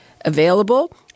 available